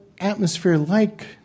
atmosphere-like